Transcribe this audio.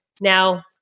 Now